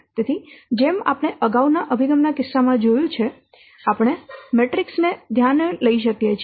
તેથી જેમ આપણે અગાઉના અભિગમ ના કિસ્સામાં કર્યું છે આપણે મેટ્રિક્સ ને ધ્યાને લઈએ છીએ